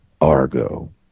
Argo